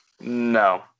No